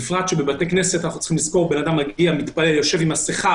בפרט שצריך לזכור שבבתי כנסת המתפלל יושב עם מסיכה,